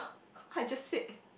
I just said